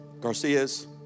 Garcias